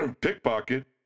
pickpocket